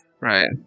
Right